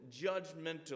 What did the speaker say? judgmental